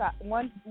one